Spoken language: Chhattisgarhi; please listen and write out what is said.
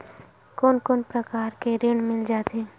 कोन कोन प्रकार के ऋण मिल जाथे?